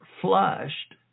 flushed